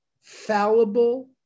fallible